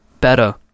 better